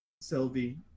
Sylvie